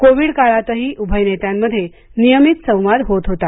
Covid काळातही उभय नेत्यांमध्ये नियमित संवाद होत होता